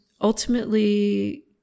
ultimately